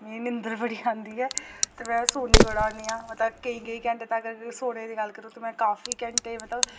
मिगी निंदर बड़ी आंदी ऐ ते में सोनी बड़ा होनी आं मतलब केईं केईं घैंटे तगर सोने दी गल्ल करो तो में काफी घैंटे मतलब